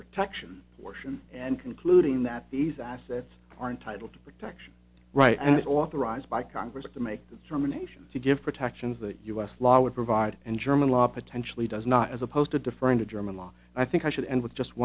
protection portion and concluding that these assets are entitled to protection right and is authorized by congress at the make the determination to give protections that u s law would provide and german law potentially does not as opposed to deferring to german law i think i should end with just